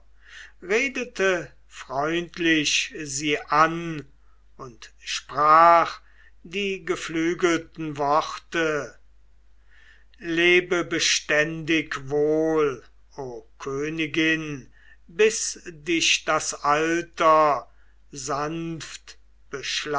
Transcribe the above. redete freundlich sie an und sprach die geflügelten worte lebe beständig wohl o königin bis dich das alter sanft